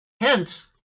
Hence